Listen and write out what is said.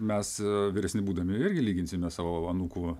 mes vyresni būdami irgi lyginsime savo anūkų